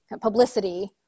publicity